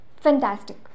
fantastic